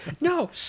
No